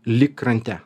lik krante